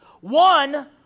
One